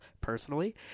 personally